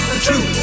True